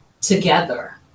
together